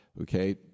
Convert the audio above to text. okay